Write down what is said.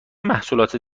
محصولات